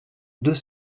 deux